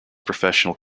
professional